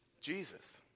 Jesus